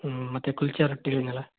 ಹ್ಞೂ ಮತ್ತೆ ಕುಲ್ಜ ರೊಟ್ಟಿ ಹೇಳೀನಲ್ಲ